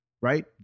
Right